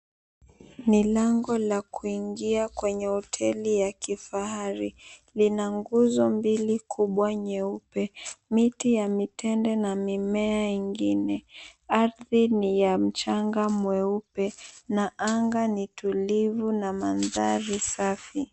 Ni lango la kuingia kwenye hoteli ya kifahari. Lina nguzo mbili kubwa nyeupe, miti ya mitende na mimea ingine. Ardhi ni ya mchanga mweupe na anga ni tulivu na mandhari safi.